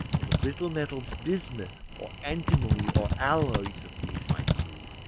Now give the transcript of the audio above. or the brittle metals bismuth or antimony or alloys of these might be used,